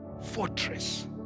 fortress